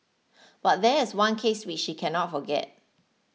but there is one case which she cannot forget